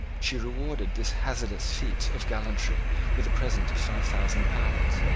she rewarded this hazardous feat of gallantry with a present of five thousand pounds.